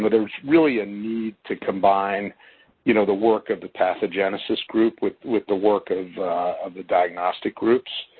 you know, there is really a need to combine you know the work of the pathogeneses group with with the work of of the diagnostic groups.